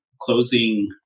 closing